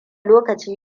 lokaci